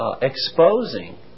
exposing